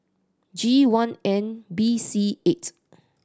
G one N B C eight